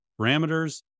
parameters